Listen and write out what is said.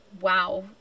wow